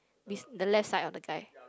this the left side of the guy